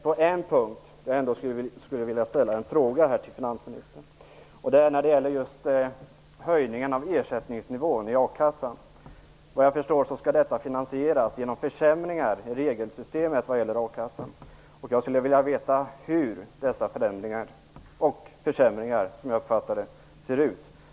På en punkt skulle jag vilja ställa en fråga till finansministern. Det gäller höjningen av ersättningsnivån i a-kassan. Såvitt jag förstår skall det här finansieras genom försämringar i regelsystemet vad gäller akassan. Hur ser dessa förändringar och försämringar, som jag uppfattar det hela, ut?